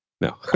No